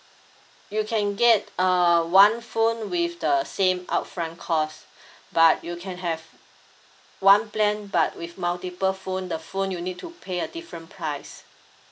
you can get uh one phone with the same upfront cost but you can have one plan but with multiple phone the phone you need to pay a different price